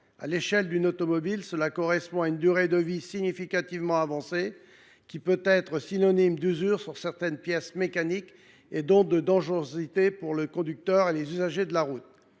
À l’échelle d’une automobile, cela correspond à une durée de vie significativement avancée, qui peut être synonyme d’usure de certaines pièces mécaniques, et donc de dangerosité tant pour le conducteur que pour les autres usagers de la route.